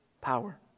power